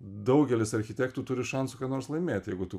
daugelis architektų turi šansų ką nors laimėt jeigu tu